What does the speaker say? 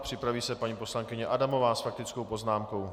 Připraví se paní poslankyně Adamová s faktickou poznámkou.